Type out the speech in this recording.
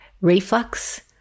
reflux